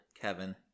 Kevin